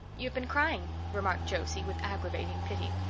you've been crying, remarked josie, with aggravating pity.